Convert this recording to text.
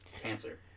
cancer